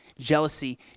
jealousy